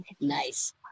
nice